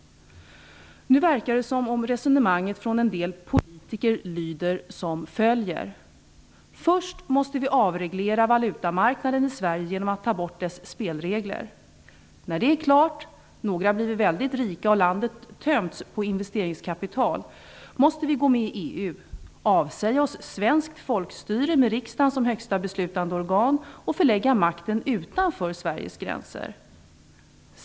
Nu verkar det som om en del politiker menar att vi först måste avreglera valutamarknaden i Sverige genom att ta bort dess spelregler. När det är klart, några har blivit väldigt rika och landet har tömts på investeringskapital måste vi gå med i EU, avsäga oss svenskt folkstyre med riksdagen som högsta beslutande organ och förlägga makten utanför Sveriges gränser.